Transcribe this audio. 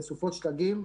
לסופות שלגים,